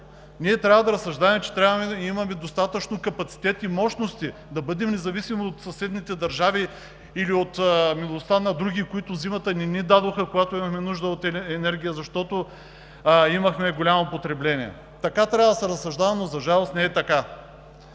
Ние трябва да разсъждаваме, че имаме достатъчно капацитет и мощности да бъдем независими от съседните държави или от милостта на други, които зимата не ни дадоха енергия, когато имахме нужда, защото държахме голямо потребление. Така трябва да се разсъждава, но за жалост не е така.